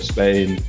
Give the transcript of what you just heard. Spain